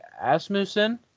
Asmussen